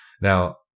Now